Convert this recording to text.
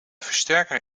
versterker